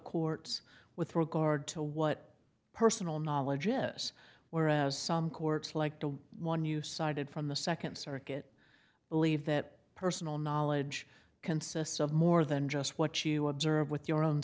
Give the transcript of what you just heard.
courts with regard to what personal knowledge is whereas some courts like the one you cited from the second circuit believe that personal knowledge consists of more than just what you observe with your own